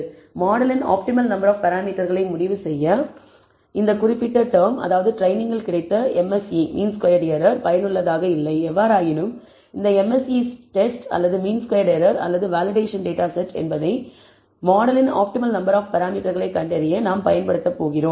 எனவே மாடலின் optimal number of பராமீட்டர்களை முடிவு செய்ய இந்த குறிப்பிட்ட டெர்ம் அதாவது ட்ரெய்னிங்கில் கிடைத்த MSE பயனுள்ளதாக இல்லை எவ்வாறாயினும் இந்த MSE டெஸ்ட் அல்லது மீன் ஸ்கொயர்ட் எரர் அல்லது வேலிடேஷன் டேட்டா செட் என்பதை மாடலின் ஆப்டிமல் நம்பர் ஆப் பராமீட்டர்களை கண்டறிய நாம் பயன்படுத்தப் போகிறோம்